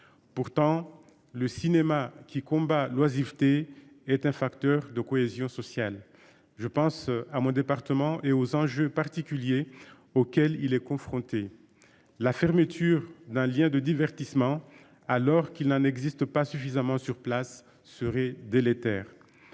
Pourtant le cinéma qui combat l'oisiveté est un facteur de cohésion sociale, je pense à mon département et aux enjeux particuliers auxquels il est confronté. La fermeture d'un lien de divertissement, alors qu'il n'en existe pas suffisamment sur place serait délétère.